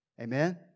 Amen